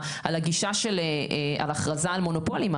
על ההכרזה על מונופולין.